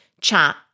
chat